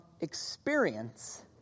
experience